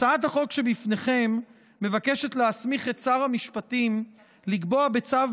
הצעת החוק שבפניכם מבקשת להסמיך את שר המשפטים לקבוע בצו,